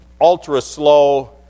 ultra-slow